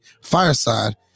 fireside